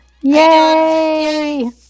Yay